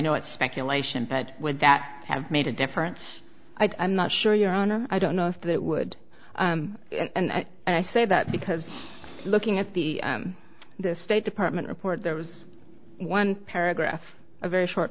know it's speculation but would that have made a difference i'm not sure your honor i don't know if that would and i say that because looking at the the state department report there was one paragraph a very short